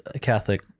Catholic